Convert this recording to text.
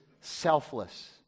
selfless